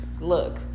Look